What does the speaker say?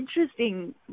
interesting